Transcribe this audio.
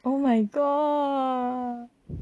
oh my god